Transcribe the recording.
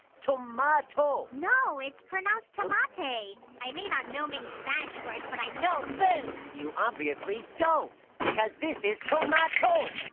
toe-mah-toe no, it's pronounced ah ah toe-man-teh! i may not know many spanish words, but i know food! you obviously don't. because this is toe-mah-toe.